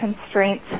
constraints